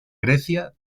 grecia